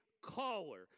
caller